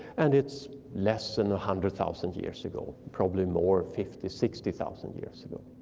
and it's less than a hundred thousand years ago, probably more fifty, sixty thousand years ago.